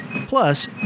Plus